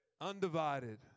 Undivided